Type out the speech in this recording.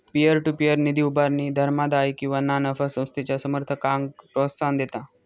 peer to peer निधी उभारणी धर्मादाय किंवा ना नफा संस्थेच्या समर्थकांक प्रोत्साहन देता